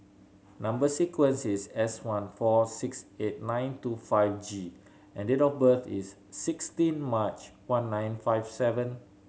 number sequence is S one four six eight nine two five G and date of birth is sixteen March one nine five seven